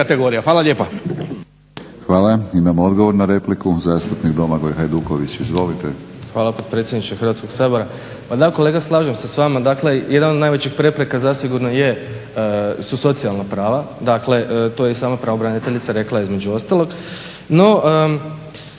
Hvala. Imamo odgovor na repliku, zastupnik Domagoj Hajduković. Izvolite. **Hajduković, Domagoj (SDP)** Hvala, potpredsjedniče Hrvatskog sabora. Pa da kolega slažem se s vama, dakle jedna od najvećih prepreka zasigurno su socijalna prava, dakle to je i sama pravobraniteljica rekla između ostalog.